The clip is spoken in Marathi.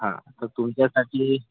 हा तर तुमच्यासाठी